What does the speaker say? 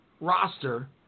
roster